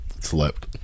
slept